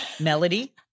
melody